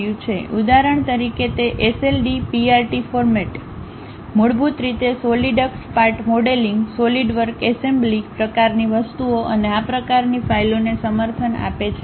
ઉદાહરણ તરીકે તે SLDPRT ફોર્મેટ મૂળભૂત રીતે સોલિડક્સ part modelling solid work assembly પ્રકારની વસ્તુઓ અને આ પ્રકારની ફાઇલોને સમર્થન આપે છે